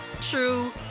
true